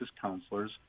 counselors